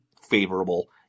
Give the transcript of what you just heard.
favorable